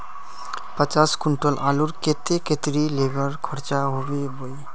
पचास कुंटल आलूर केते कतेरी लेबर खर्चा होबे बई?